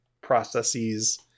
processes